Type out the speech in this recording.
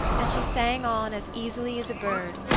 and she sang on as easily as a bird,